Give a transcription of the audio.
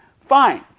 Fine